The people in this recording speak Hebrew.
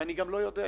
ואני גם לא יודע,